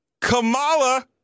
Kamala